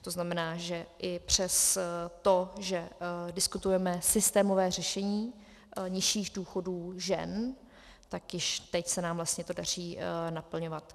To znamená, že i přesto, že diskutujeme systémové řešení nižších důchodů žen, tak již teď se nám to daří naplňovat.